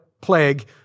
plague